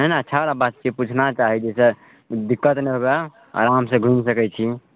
है ने अच्छा बला बात छियै पूछना चाही जाहिसँ दिक्कत नहि हुए आराम से घुमि सकै छी